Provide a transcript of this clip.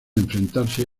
enfrentarse